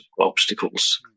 obstacles